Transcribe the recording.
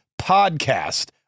podcast